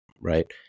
right